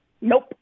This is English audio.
Nope